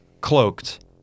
cloaked